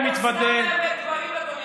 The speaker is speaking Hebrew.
תני לו לדבר, מספיק כבר עם זה.